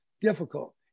difficult